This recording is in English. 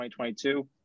2022